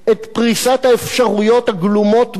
את פריסת האפשרויות הגלומות בה,